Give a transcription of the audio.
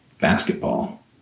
basketball